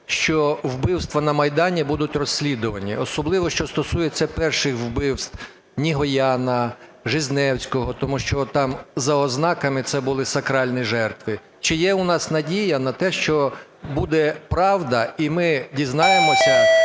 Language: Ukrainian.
що вбивства на Майдані будуть розслідувані? Особливо, що стосується перших вбивств: Нігояна, Жизневського? Тому що там за ознаками – це були сакральні жертви. Чи є у нас надія на те, що буде правда, і ми дізнаємося,